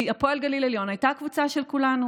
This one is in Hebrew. כי הפועל גליל עליון הייתה הקבוצה של כולנו.